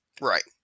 Right